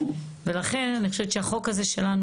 ולכן אני חושבת שהחוק שלנו,